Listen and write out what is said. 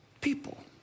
people